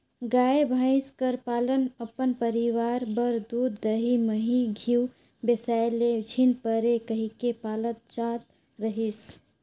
गाय, भंइस कर पालन अपन परिवार बर दूद, दही, मही, घींव बेसाए ले झिन परे कहिके पालल जात रहिस